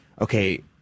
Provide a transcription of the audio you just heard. okay